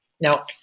Now